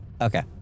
Okay